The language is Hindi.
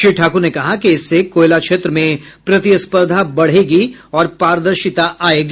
श्री ठाक्र ने कहा कि इससे कोयला क्षेत्र में प्रतिस्पर्धा बढ़ेगी और पारदर्शिता आएगी